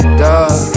dog